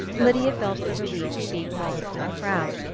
lydia felt the relief of being lost in a crowd,